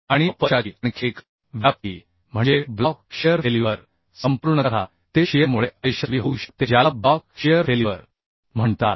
आणि अपयशाची आणखी एकव्याप्ती म्हणजे ब्लॉक शियर फेल्युअर संपूर्णतः ते शियरमुळे अयशस्वी होऊ शकते ज्याला ब्लॉक शियर फेल्युअर म्हणतात